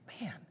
man